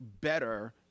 better